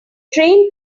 train